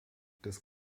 des